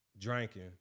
Drinking